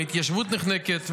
ההתיישבות נחנקת,